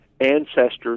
ancestors